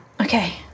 Okay